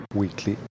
weekly